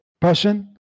passion